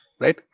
Right